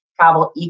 travel